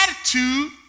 attitude